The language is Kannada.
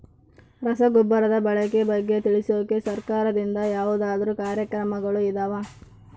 ರಸಗೊಬ್ಬರದ ಬಳಕೆ ಬಗ್ಗೆ ತಿಳಿಸೊಕೆ ಸರಕಾರದಿಂದ ಯಾವದಾದ್ರು ಕಾರ್ಯಕ್ರಮಗಳು ಇದಾವ?